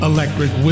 Electric